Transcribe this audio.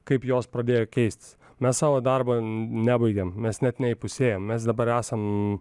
kaip jos pradėjo keistis mes savo darbo nebaigėm mes net neįpusėjom mes dabar esam